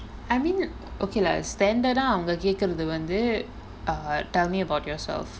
I mean okay lah standard ah அவங்க கேக்குறது வந்து:avanga kaekurathu vanthu ah tell me about yourself